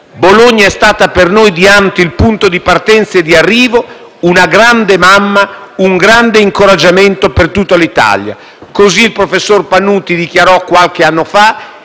Bologna è stata per noi di ANT il punto di partenza e di arrivo, una grande mamma, un grande incoraggiamento per tutta l'Italia». Questo dichiarò il professor Pannuti qualche anno fa